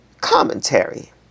commentary